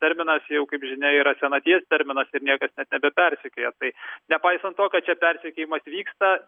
terminas jau kaip žinia yra senaties terminas ir niekas net nebepersekioja tai nepaisant to kad čia persekiojimas vyksta